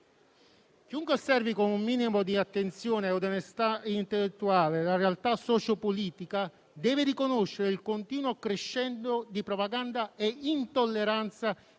Chiunque osservi con un minimo di attenzione o di onestà intellettuale la realtà socio-politica, deve riconoscere il continuo crescendo di propaganda e intolleranza